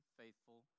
faithful